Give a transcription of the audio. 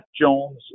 Jones